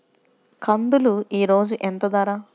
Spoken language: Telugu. కందులు ఈరోజు ఎంత ధర?